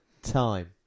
time